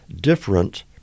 different